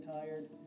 tired